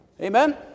Amen